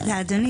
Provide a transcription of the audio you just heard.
תודה אדוני,